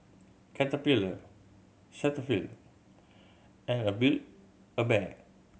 Caterpillar Cetaphil and a Build A Bear